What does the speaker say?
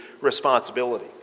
responsibility